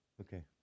okay